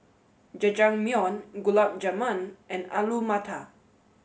Jajangmyeon Gulab Jamun and Alu Matar